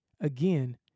Again